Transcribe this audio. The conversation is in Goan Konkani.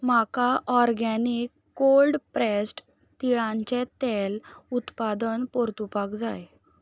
म्हाका ऑर्गेनीक कोल्ड प्रॅस्ड तिळांचें तेल उत्पादन पोरतुपाक जाय